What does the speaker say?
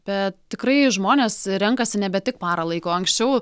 bet tikrai žmonės renkasi nebe tik parą laiko anksčiau